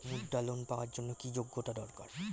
মুদ্রা লোন পাওয়ার জন্য কি যোগ্যতা দরকার?